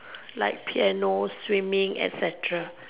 like piano swimming etcetera